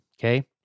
okay